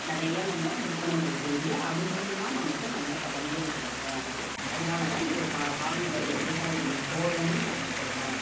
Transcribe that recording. நிறைய நம்ம விற்பனைகள் செய்ந்து அது மூலியமாக நமக்கு நல்ல பலன்கள் கிடைக்கும் அதனால் தான் இது கா கால்நடையை விவசாயிகளின் தோழன்னு நம்ம சொல்லுறோம்